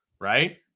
Right